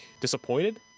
disappointed